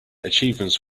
achievements